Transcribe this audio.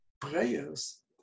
prayers